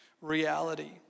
reality